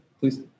please